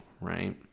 Right